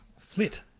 Flit